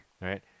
Right